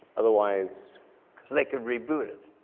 otherwise cause they could reboot it.